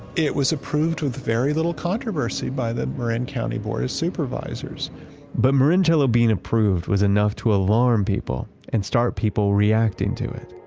it was approved with very little controversy by the marin county board of supervisors but marin chela being approved was enough to alarm people and start people reacting to it.